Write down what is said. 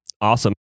Awesome